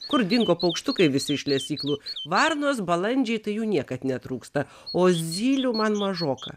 kur dingo paukštukai visi iš lesyklų varnos balandžiai tai jų niekad netrūksta o zylių man mažoka